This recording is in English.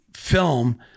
film